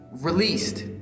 released